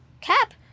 CAP